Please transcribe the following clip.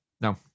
No